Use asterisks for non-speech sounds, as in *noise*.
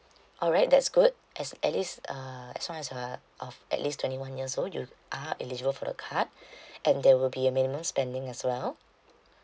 *breath* alright that's good as at least uh as long as you are of at least twenty one years old you are eligible for the card *breath* and there will be a minimum spending as well *breath*